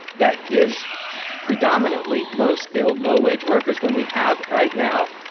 that is predominantly low-skilled, low-wage workers when we have, right now,